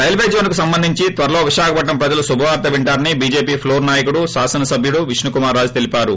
రైల్వేజోన్ను సంబందించి త్వరలో విశాఖపట్పం ప్రజలు శుభవార్త వింటారని బీజేపీ ప్లోర్ నాయకుడు శాసనసభ సబ్యులు విష్ణుకుమార్రాజు తెలిపారు